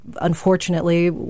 unfortunately